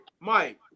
Mike